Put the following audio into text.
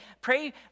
Pray